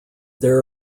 there